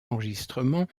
enregistrement